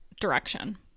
direction